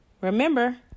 Remember